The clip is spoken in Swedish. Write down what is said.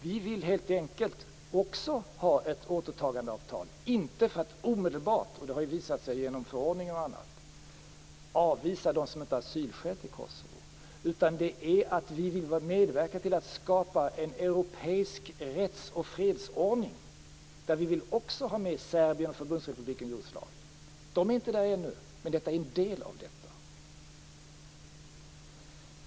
Vi vill helt enkelt ha ett återtagandeavtal inte för att omedelbart avvisa dem som inte har asylskäl till Kosovo - det har visat sig genom förordningen och annat - utan för att vi vill medverka till att skapa en europeisk rätts och fredsordning där vi också vill ha med Serbien och Förbundsrepubliken Jugoslavien. De är inte där ännu. Men detta avtal är en del av detta.